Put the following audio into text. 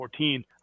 2014